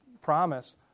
promise